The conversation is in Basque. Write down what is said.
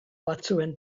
batzuen